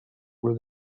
were